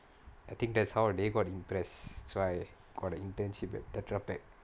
I think that's how are they got impress so I got the internship at the Tetra Pak